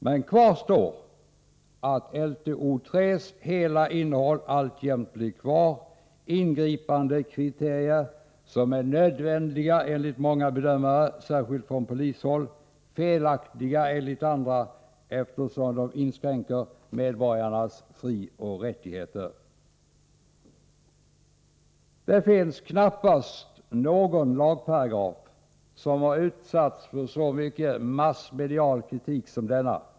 Men kvar står att hela innehållet i LTO:s 3§ alltjämt blir kvar — ingripandekriterier som är nödvändiga enligt många bedömare, särskilt från polishåll, felaktiga enligt andra eftersom de inskränker medborgarnas frioch rättigheter. Det finns knappast någon lagparagraf som har utsatts för så mycket massmedial kritik som denna.